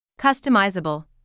Customizable